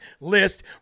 list